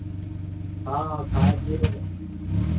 हँ खाय पियैके ब